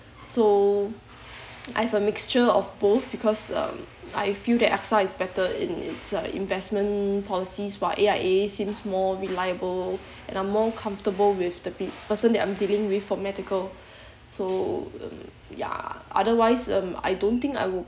so I have a mixture of both because um I feel that AXA is better in its investment policies while A_I_A seems more reliable and I'm more comfortable with the p~ person that I'm dealing with for medical so um ya otherwise um I don't think I would